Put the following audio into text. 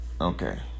Okay